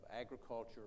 agriculture